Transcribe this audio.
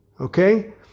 okay